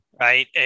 right